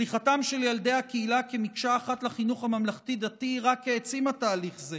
שליחתם של ילדי הקהילה כמקשה אחת לחינוך הממלכתי-דתי רק העצימה תהליך זה